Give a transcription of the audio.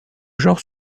genre